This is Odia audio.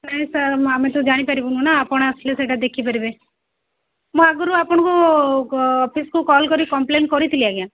ନାଇଁ ସାର୍ ଆମେ ତ ଜାଣି ପାରିବୁନି ନା ଆପଣ ଆସିଲେ ସେଇଟା ଦେଖି ପାରିବେ ମୁଁ ଆଗରୁ ଆପଣଙ୍କୁ ଅଫିସ୍କୁ କଲ୍ କରି କମ୍ପ୍ଲେନ୍ କରିଥିଲି ଆଜ୍ଞା